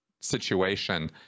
situation